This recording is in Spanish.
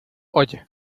oye